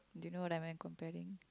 do you know am I comparing